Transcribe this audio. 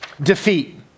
Defeat